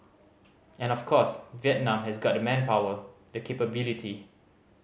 and of course Vietnam has got the manpower the capability